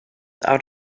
out